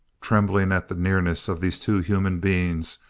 trembling at the nearness of these two human beings,